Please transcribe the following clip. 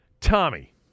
Tommy